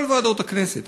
כל ועדות הכנסת,